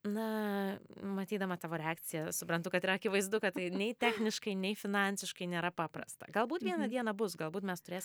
na matydama tavo reakciją suprantu kad yra akivaizdu kad tai nei techniškai nei finansiškai nėra paprasta galbūt vieną dieną bus galbūt mes turės